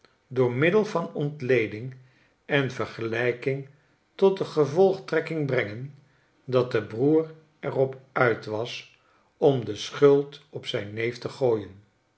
door middel van ontleding en vergelijking tot de gevolgtrekking brengen dat de broer er op uit was om de schuld op zijn neef te gooien